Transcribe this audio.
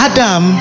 Adam